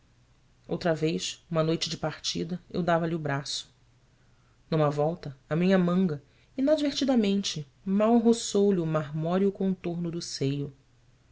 outra vez uma noite de partida eu dava-lhe o braço numa volta a minha manga inadvertidamente mal roçou lhe o marmóreo contorno do seio